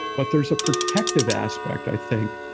but there's a protective aspect, i think,